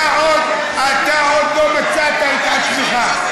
אתה עוד לא מצאת את עצמך.